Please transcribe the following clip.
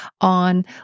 on